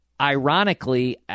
Ironically